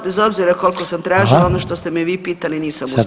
bez obzira koliko sam tražila ono što te me vi pitali nisam